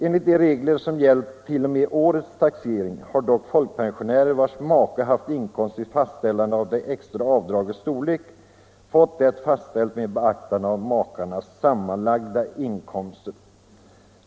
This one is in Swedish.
Enligt de regler som gällt t.o.m. årets taxering har dock folkpensionär, vars make haft inkomst, vid fastställande av det extra avdragets storlek fått detta fastställt med beaktande av makarnas sammanlagda inkomster.